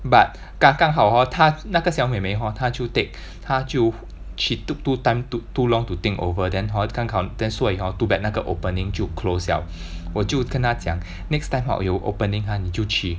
but 刚刚好 hor 他那个小妹妹 hor 他就 take 他就 she took too time took too long to think over then hor 刚好 then 所以 hor too bad 那个 opening 就 close liao 我就跟他讲 next time hor 有 opening ha 你就去